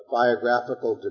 biographical